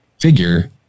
figure